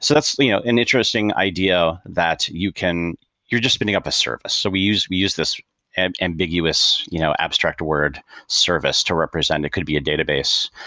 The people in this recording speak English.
so that's you know an interesting idea that you can you're spinning up a service. so we use we use this and ambiguous you know abstract word service to represent. it could be a database,